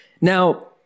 Now